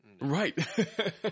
Right